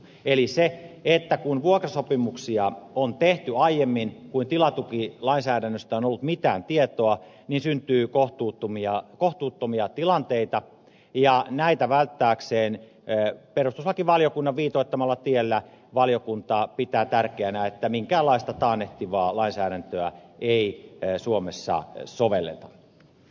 eli kun vuokrasopimuksia on tehty aiemmin kuin tilatukilainsäädännöstä on ollut mitään tietoa niin syntyy kohtuuttomia tilanteita ja näitä välttääkseen perustuslakivaliokunnan viitoittamalla tiellä valiokunta pitää tärkeänä että minkäänlaista taannehtivaa lainsäädäntöä ei suomessa sovelleta